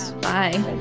bye